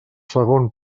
segon